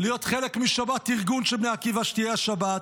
להיות חלק משבת ארגון של בני עקיבא, שתהיה השבת,